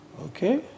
Okay